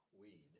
weed